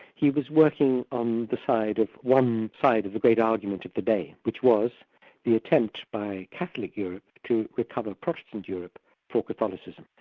he was working on the side of one side of the great argument of the day, which was the attempt by catholic europe to recover protestant europe for catholicism,